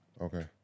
Okay